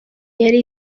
yari